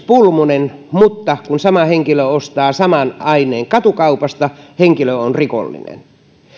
pulmunen mutta kun sama henkilö ostaa saman aineen katukaupasta henkilö on rikollinen